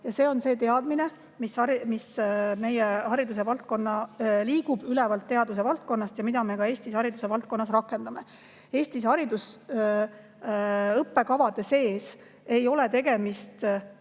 See on see teadmine, mis meie hariduse valdkonnas liigub ülevalt teaduse valdkonnast ja mida me ka Eestis hariduse valdkonnas rakendame. Eesti õppekavade näol ei ole tegemist usupõhise